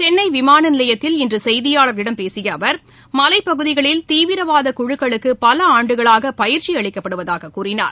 சென்னைவிமானநிலையத்தில் இன்றுசெய்தியாளர்களிடம் பேசியஅவர் மலைப் பகுதிகளில் தீவிரவாதகுழக்களுக்குபலஆண்டுகளாகபயிற்சி அளிக்கப்படுவதாககூறினார்